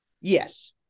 Yes